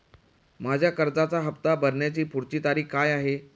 माझ्या कर्जाचा हफ्ता भरण्याची पुढची तारीख काय आहे?